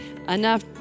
enough